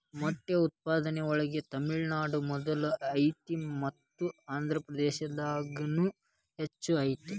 ಮೊಟ್ಟೆ ಉತ್ಪಾದನೆ ಒಳಗ ತಮಿಳುನಾಡು ಮೊದಲ ಐತಿ ಮತ್ತ ಆಂದ್ರಪ್ರದೇಶದಾಗುನು ಹೆಚ್ಚ ಐತಿ